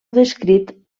descrit